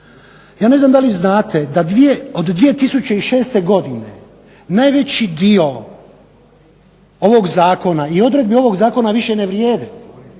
Ja ne znam da li znate da od 2006. godine najveći dio ovog zakona i odredbi ovog zakona više ne vrijede,